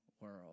world